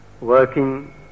working